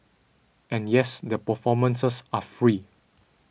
and yes the performances are free